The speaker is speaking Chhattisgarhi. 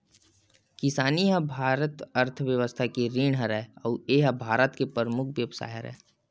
किसानी ह भारतीय अर्थबेवस्था के रीढ़ हरय अउ ए ह भारत के परमुख बेवसाय हरय